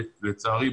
לצערי,